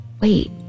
wait